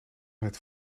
het